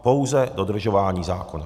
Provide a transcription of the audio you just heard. Pouze dodržování zákona.